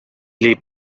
est